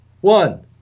one